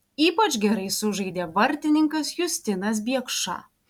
ypač gerai sužaidė vartininkas justinas biekša